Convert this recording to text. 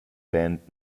band